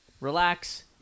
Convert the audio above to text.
relax